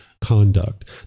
conduct